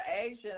Asian